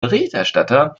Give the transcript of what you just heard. berichterstatter